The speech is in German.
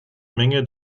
menge